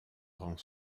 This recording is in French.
rend